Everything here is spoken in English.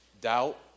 Doubt